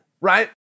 right